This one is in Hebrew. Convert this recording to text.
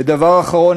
ודבר אחרון,